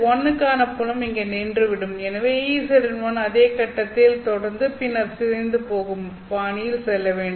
EZ1 க்கான புலம் இங்கே நின்றுவிடும் எனவே EZ1 அதே கட்டத்தில் தொடங்கி பின்னர் சிதைந்துபோகும் பாணியில் செல்ல வேண்டும்